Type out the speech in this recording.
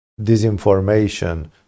disinformation